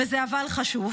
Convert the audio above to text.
וזה אבל חשוב,